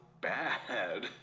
bad